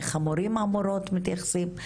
איך המורים והמורות מתייחסים,